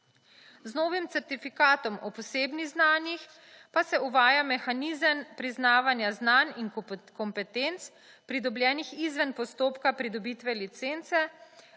Z novim certifikatom o posebnih znanjih pa se uvaja mehanizem priznavanja znanj in kompetenc pridobljenih izven postopka pridobitve licence,